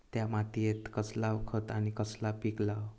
त्या मात्येत कसला खत आणि कसला पीक लाव?